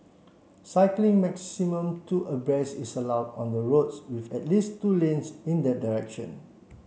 cycling maximum two abreast is allowed on the roads with at least two lanes in that direction